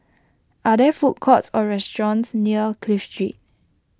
are there food courts or restaurants near Clive Street